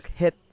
hit